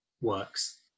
works